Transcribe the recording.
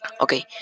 Okay